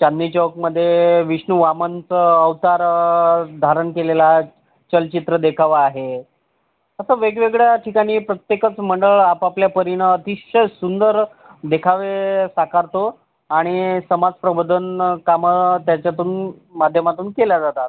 चांदणी चौकमध्ये विष्णू वामनाचा अवतार धारण केलेला चलचित्र देखावा आहे असं वेगवेगळ्या ठिकाणी प्रत्येकचं मंडळ आपापल्यापरिनं अतिशय सुंदर देखावे साकारतो आणि समाज प्रबोधन कामं त्याच्यातून माध्यमातून केल्या जातात